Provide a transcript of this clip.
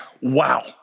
wow